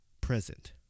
present